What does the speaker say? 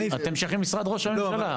אתם שייכים למשרד ראש הממשלה.